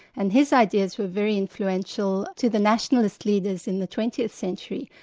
and his ideas were very influential to the nationalist leaders in the twentieth century,